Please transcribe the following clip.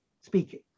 speaking